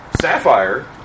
Sapphire